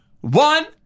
one